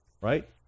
Right